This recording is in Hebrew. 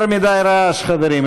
יותר מדי רעש, חברים.